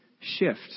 shift